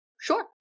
sure